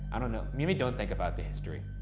i don't know, maybe don't think about the history.